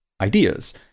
ideas